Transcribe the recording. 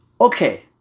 Okay